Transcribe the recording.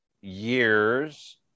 years